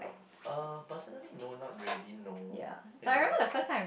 uh personally no not really no I th~